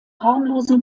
harmlosen